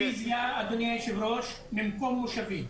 אני מבקש רוויזיה, אדוני היושב-ראש, ממקום מושבי.